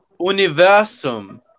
Universum